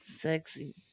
Sexy